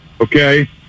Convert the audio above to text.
okay